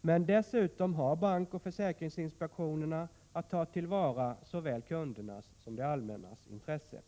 Men dessutom har bankoch försäkringsinspektionerna att ta till vara såväl kundernas som det allmännas intressen.